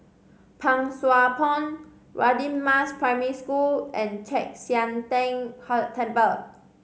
Pang Sua Pond Radin Mas Primary School and Chek Sian Tng Hud Temple